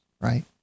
right